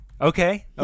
Okay